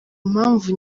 mpamvu